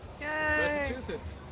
Massachusetts